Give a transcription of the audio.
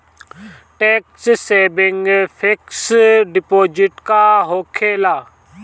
Tax saving fix deposit का होखे ला?